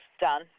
done